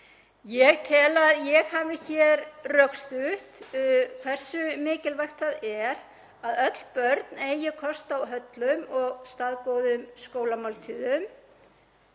Ég tel að ég hafi hér rökstutt hversu mikilvægt það er að öll börn eigi kost á hollum og staðgóðum skólamáltíðum.